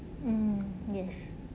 mm yes